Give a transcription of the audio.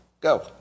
Go